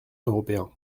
européen